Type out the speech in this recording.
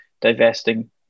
divesting